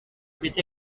with